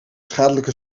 schadelijke